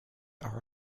are